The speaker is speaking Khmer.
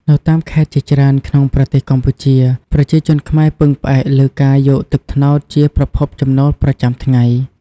នៅតាមខេត្តជាច្រើនក្នុងប្រទេសកម្ពុជា ប្រជាជនខ្មែរពឹងផ្អែកលើការយកទឹកត្នោតជាប្រភពចំណូលប្រចាំថ្ងៃ។